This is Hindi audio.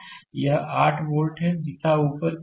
तो यहाँ यह 8 वोल्ट है और दिशा ऊपर की ओर है